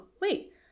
wait